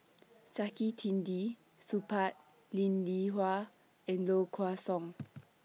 Saktiandi Supaat Linn in Hua and Low Kway Song